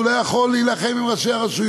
שמסביר לנו שהוא לא יכול להילחם בראשי הרשויות.